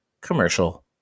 commercial